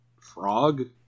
frog